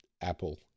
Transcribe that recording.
Apple